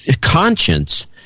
conscience